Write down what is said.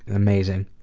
amazing.